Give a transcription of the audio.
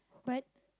but